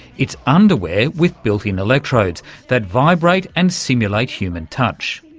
it's underwear with built-in electrodes that vibrate and simulate human touch.